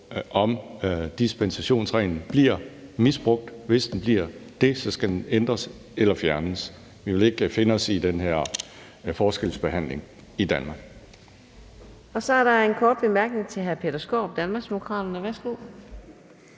om dispensationsreglen bliver misbrugt, og hvis den bliver det, skal den ændres eller fjernes. Vi vil ikke finde os i den her forskelsbehandling i Danmark. Kl. 15:02 Anden næstformand (Karina Adsbøl): Så er der en kort bemærkning til hr. Peter Skaarup, Danmarksdemokraterne.